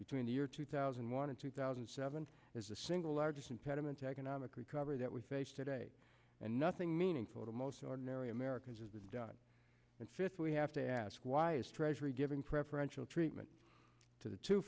between the year two thousand and one and two thousand and seven is the single largest impediment to economic recovery that we face today and nothing meaningful to most ordinary americans has been done and fifth we have to ask why is treasury giving preferential treatment to the t